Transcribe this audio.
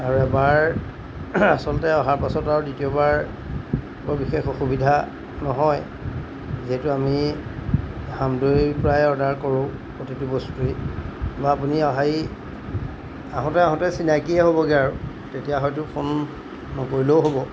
আৰু এবাৰ আচলতে অহাৰ পাছত আৰু দ্বিতীয়বাৰ বৰ বিশেষ অসুবিধা নহয় যিহেতু আমি হামদৈৰ পৰাই অৰ্ডাৰ কৰোঁ প্ৰতিটো বস্তুৱেই বা আপুনি আহি আহোঁতে আহোঁতে চিনাকিয়েই হ'বগৈ আৰু তেতিয়া হয়তো ফোন নকৰিলেও হ'ব